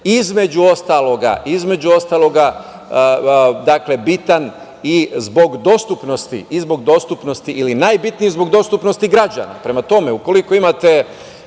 zemlje, između ostalog, bitan i zbog dostupnosti ili najbitniji zbog dostupnosti građana. Prema tome, ukoliko imate